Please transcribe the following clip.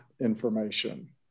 information